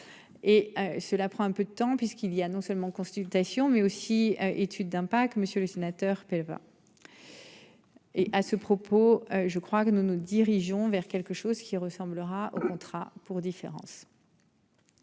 cela prend un peu de temps puisqu'il y a non seulement consultations mais aussi étude d'impact. Monsieur le sénateur, va. Et à ce propos, je crois que nous nous dirigeons vers quelque chose qui ressemblera aux contrats pour différence.--